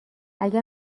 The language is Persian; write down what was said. اگر